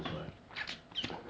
that one next level